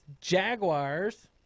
jaguars